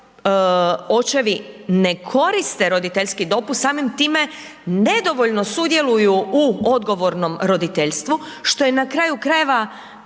očevi ne koriste roditeljski dopust samim time nedovoljno sudjeluju u odgovornom roditeljstvu, što je na kraju krajeva,